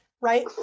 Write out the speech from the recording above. right